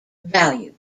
value